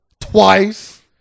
twice